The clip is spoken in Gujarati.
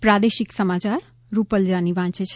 પ્રાદેશિક સમાચાર રૂપલ જાની વાંચે છે